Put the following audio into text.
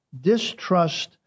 Distrust